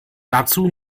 dazu